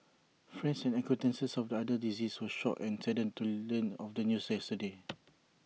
friends and acquaintances of the other deceased were shocked and saddened to learn of the news yesterday